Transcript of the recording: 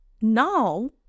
now